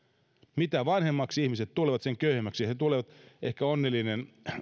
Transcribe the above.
mitä vanhemmaksi ihmiset tulevat sen köyhemmäksi he tulevat ehkä